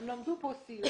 הן למדו פה סיעוד,